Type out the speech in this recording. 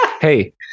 Hey